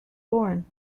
born